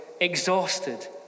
exhausted